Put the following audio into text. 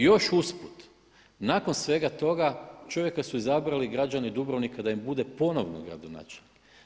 I još usput nakon svega toga čovjeka su izabrali građani Dubrovnika da im bude ponovno gradonačelnik.